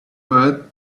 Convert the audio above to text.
but